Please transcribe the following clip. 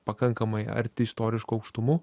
pakankamai arti istoriškų aukštumų